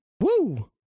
Woo